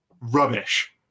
rubbish